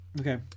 Okay